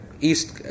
east